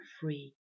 free